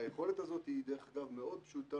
והיכולת הזאת היא דרך אגב מאוד פשוטה